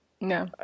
no